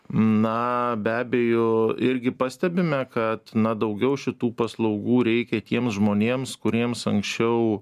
na be abejo irgi pastebime kad na daugiau šitų paslaugų reikia tiems žmonėms kuriems anksčiau